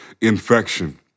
Infection